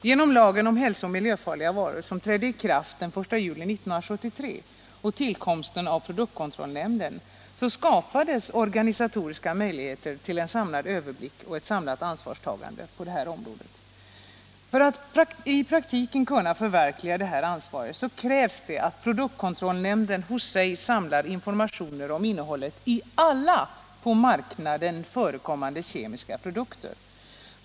Genom lagen om hälsooch miljöfarliga varor, som trädde i kraft den 1 juli 1973, och tillkomsten av produktkontrollnämnden skapades organisatoriska möjligheter till en samlad överblick och ett samlat ansvarstagande på detta område. För att i praktiken kunna förverkliga detta ansvar krävs att produktkontrollnämnden hos sig samlar information om innehållet i alla på marknaden förekommande kemiska produkter.